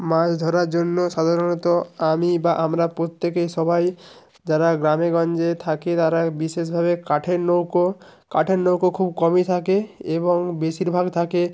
মাছ ধরার জন্য সাধারণত আমি বা আমরা প্রত্যেকেই সবাই যারা গ্রামেগঞ্জে থাকি তারা বিশেষভাবে কাঠের নৌকো কাঠের নৌকো খুব কমই থাকে এবং বেশিরভাগ থাকে